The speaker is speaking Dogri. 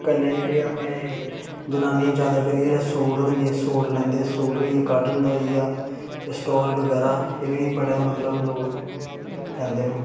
कन्नै जेह्ड़ी अपने एह् जनानियां ज्यादा करियै सूट होई गे सूट लैंदे सूट होई गे काटन दा होई गेआ एह् स्टाल बगैरा एह् बी बड़ा मतलब लोग पांदे न